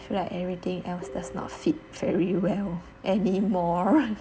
feel like everything else does not fit very well anymore